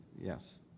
yes